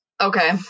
okay